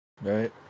Right